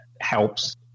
helps